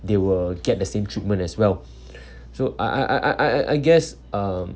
they will get the same treatment as well so I I I I I I I guess um